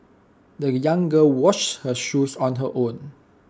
the young girl washed her shoes on her own